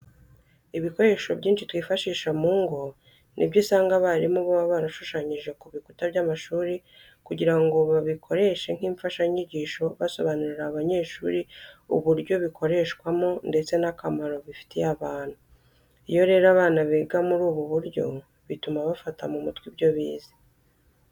Ibikoresho byinshi twifashisha mu ngo ni byo usanga abarimu baba barashushanyije ku bikuta by'amashuri kugira ngo babikoreshe nk'imfashanyigisho basobanurira abanyeshuri uburyo bikoreshwamo ndetse n'akamaro bifitiye abantu. Iyo rero abana biga muri ubu buryo bituma bafata mu mutwe ibyo bize.